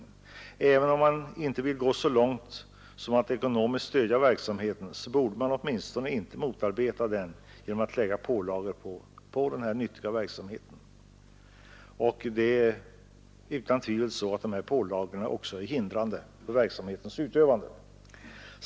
Och även om man inte vill gå så långt som att ekonomiskt stödja denna nyttiga verksamhet borde man åtminstone inte motarbeta den genom att lägga pålagor på den, som utan tvivel är hindrande för dess utövande.